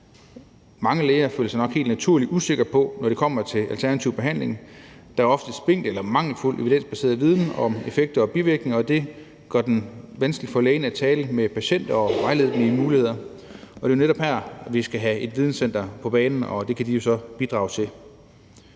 Mange læger føler sig helt naturligt usikre, når det kommer til alternativ behandling, hvor der oftest er spinkel eller mangelfuld evidensbaseret viden om effekter og bivirkninger, og det gør det vanskeligt for lægen at tale med patienterne og vejlede dem om muligheder. Og det er netop her, vi skal have et videncenter på banen, for det kan det jo så bidrage til.